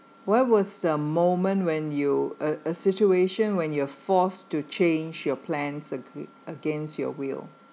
where was the moment when you a a situation when you're forced to change your plans uh against your will